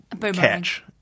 catch